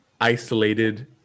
isolated